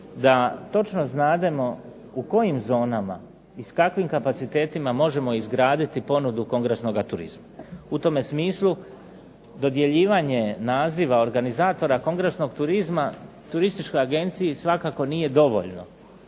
da točno znademo u kojim zonama i s kakvim kapacitetima možemo izgraditi ponudu kongresnoga turizma. U tome smislu dodjeljivanje naziva organizatora kongresnog turizma, turističkoj agenciji svakako nije dovoljno.